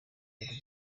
ari